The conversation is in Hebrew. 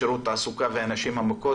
שירות התעסוקה ונשים מוכות,